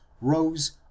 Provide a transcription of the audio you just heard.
rose